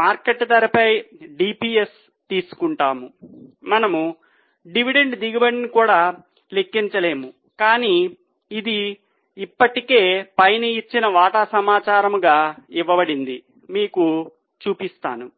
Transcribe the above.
market ధరపై DPS తీసుకుంటాము మనము డివిడెండ్ దిగుబడిని కూడా లెక్కించలేము కాని ఇది ఇప్పటికే పైన ఇచ్చిన వాటా సమాచారంగా ఇవ్వబడింది మీకు చూపిస్తాను